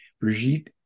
Brigitte